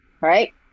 right